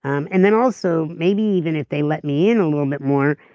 um and then also maybe even if they let me in a little bit more,